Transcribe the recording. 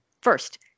first